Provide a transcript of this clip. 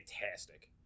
fantastic